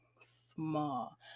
small